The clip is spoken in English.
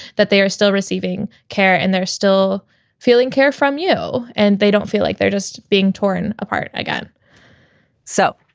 that they are still receiving care and they're still feeling care from you and they don't feel like they're just being torn apart again so